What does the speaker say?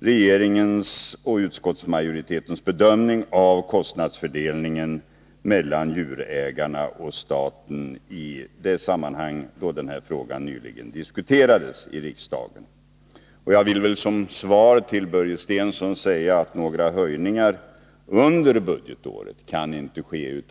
regeringens och utskottsmajoritetens bedömning av kostnadsfördelningen mellan djurägarna och staten i det sammanhang då den här frågan nyligen diskuterades i riksdagen. Jag vill som svar till Börje Stensson säga att några höjningar under budgetåret inte kan ske.